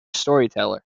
storyteller